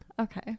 Okay